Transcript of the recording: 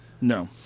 No